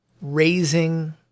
raising